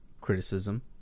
criticism